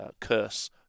Curse